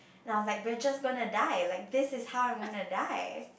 and I was like we're just gonna die like this is how I'm gonna die